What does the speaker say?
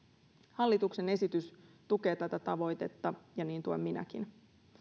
hallituksen esitys tukee tätä tavoitetta ja niin tuen minäkin